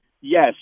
Yes